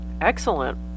Excellent